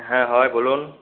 হ্যাঁ হয় বলুন